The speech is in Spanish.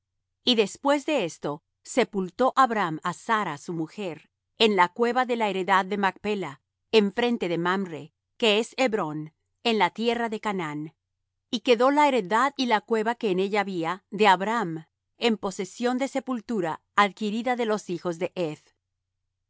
y después de esto sepultó abraham á sara su mujer en la cueva de la heredad de macpela enfrente de mamre que es hebrón en la tierra de canaán y quedó la heredad y la cueva que en ella había por de abraham en posesión de sepultura adquirida de los hijos de heth y